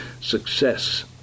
success